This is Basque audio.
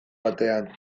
batean